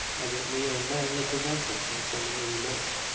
evidently our men were prevented from sending any more.